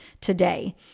today